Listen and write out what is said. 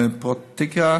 פרותטיקה,